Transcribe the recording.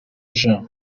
jean